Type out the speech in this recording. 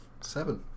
Seven